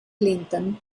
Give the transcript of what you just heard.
clinton